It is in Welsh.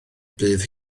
bydd